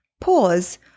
Pause